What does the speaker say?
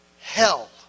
hell